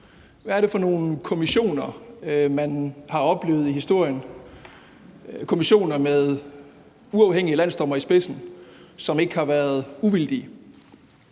Hvad er det for nogle kommissioner, man har oplevet i historien, kommissioner med uafhængige landsdommere i spidsen, som ikke har været uvildige?